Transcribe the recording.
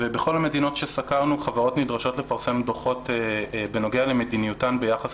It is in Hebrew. בכל המדינות שסקרנו חברות נדרשות לפרסם דוחות בנוגע למדיניותן ביחס